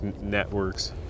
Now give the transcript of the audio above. networks